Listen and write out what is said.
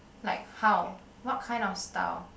like how what kind of style